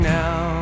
now